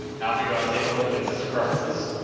africa i take a look in system preferences.